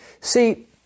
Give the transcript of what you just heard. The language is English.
See